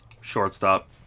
shortstop